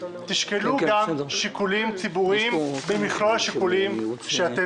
לשקול גם שיקולים ציבוריים במכלול השיקולים שאתם